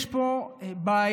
יש פה בעיה.